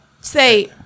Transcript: say